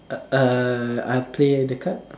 err I play the card